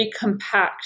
recompact